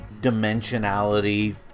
dimensionality